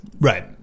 Right